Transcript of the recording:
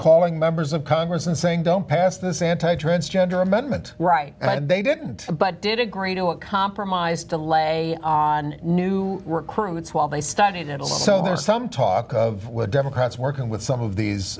calling members of congress and saying don't pass this anti transgender amendment right and they didn't but did agree to a compromise to lay on new recruits while they studied and so there is some talk of democrats working with some of these